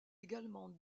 également